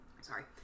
Sorry